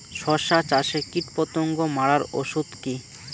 শসা চাষে কীটপতঙ্গ মারার ওষুধ কি?